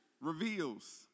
reveals